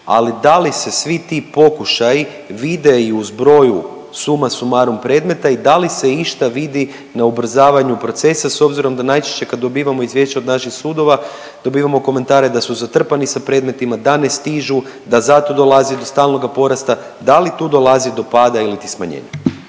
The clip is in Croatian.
ali da li se svi ti pokušaji vide i u zbroju suma sumarum predmeta i da li se išta vidi na ubrzavanju procesa s obzirom da najčešće kad dobivamo izvješća od naših sudova dobivamo komentare da su zatrpani sa predmetima, da ne stižu, da zato dolazi do stalnoga porasta, da li tu dolazi do pada iliti smanjenja?